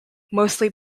mostly